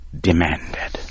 demanded